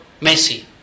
Messi